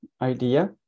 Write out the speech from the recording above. idea